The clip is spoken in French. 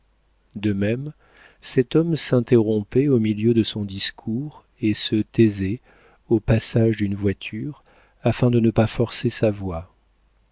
de même cet homme s'interrompait au milieu de son discours et se taisait au passage d'une voiture afin de ne pas forcer sa voix